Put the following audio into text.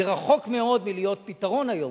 זה רחוק מאוד מלהיות פתרון היום,